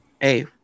hey